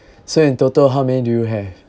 so in total how many do you have